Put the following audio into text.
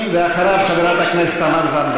לחבר הכנסת חזן.